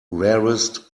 rarest